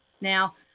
now